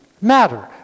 matter